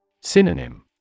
Synonym